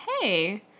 hey